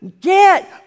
get